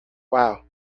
wow